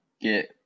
get